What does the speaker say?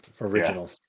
original